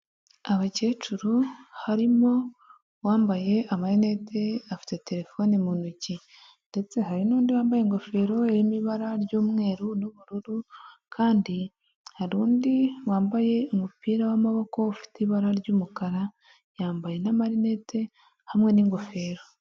Abakecuru harimo uwambaye amarinete afite terefone mu ntoki ndetse hari n'undi wambaye ingofero irimo ibara ry'umweru n'ubururu, kandi hari undi wambaye umupira w'amaboko ufite ibara ry'umukara yambaye n'amarinete hamwe n'ingofero.